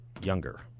younger